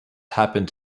happened